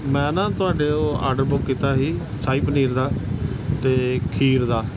ਮੈਂ ਨਾ ਤੁਹਾਡੇ ਉਹ ਆਰਡਰ ਬੁੱਕ ਕੀਤਾ ਸੀ ਸ਼ਾਹੀ ਪਨੀਰ ਦਾ ਅਤੇ ਖੀਰ ਦਾ